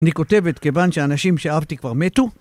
אני כותבת כיוון שאנשים שאהבתי כבר מתו